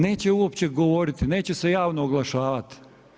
Neće uopće govorit, neće se javno oglašavati.